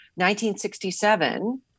1967